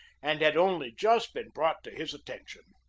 and had only just been brought to his attention.